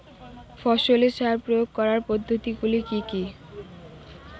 ফসলে সার প্রয়োগ করার পদ্ধতি গুলি কি কী?